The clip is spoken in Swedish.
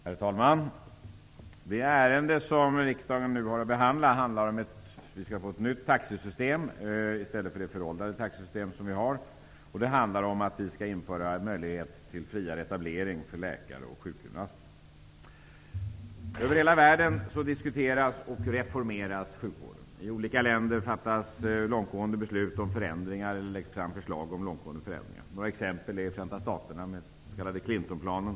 Herr talman! Det ärende som riksdagen nu skall behandla gäller att vi skall få ett nytt taxesystem, i stället för det föråldrade taxesystem som vi har i dag, och att vi skall införa en möjlighet till friare etablering för läkare och sjukgymnaster. Över hela världen diskuteras och reformeras sjukvården. I olika länder lägger man fram förslag och fattar beslut om långtgående förändringar. Ett exempel är Förenta staterna med den s.k. Clintonplanen.